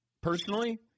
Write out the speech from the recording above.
personally